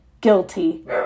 guilty